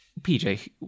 PJ